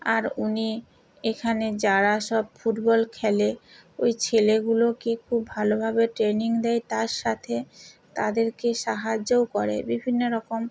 আর উনি এখানে যারা সব ফুটবল খেলে ওই ছেলেগুলোকে খুব ভালোভাবে ট্রেনিং দেয় তার সাথে তাদেরকে সাহায্যও করে বিভিন্ন রকম